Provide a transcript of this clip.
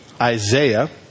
Isaiah